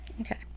Okay